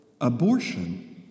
abortion